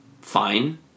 fine